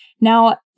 Now